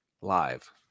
live